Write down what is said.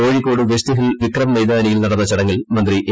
Kozhikode West Hill Vikram മൈതാനിയിൽ നടന്ന ചടങ്ങിൽ മന്ത്രി എ